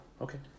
Okay